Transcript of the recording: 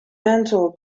mantle